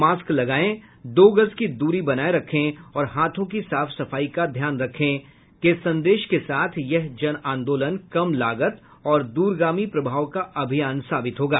mask लगाएं दो गज की दूरी बनाए रखें और हाथों की साफ सफाई का ध्यान रखें के संदेश के साथ यह जनआंदोलन कम लागत और दूरगामी प्रभाव का अभियान साबित होगा